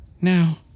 Now